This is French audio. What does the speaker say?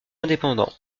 indépendant